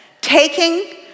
taking